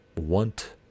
want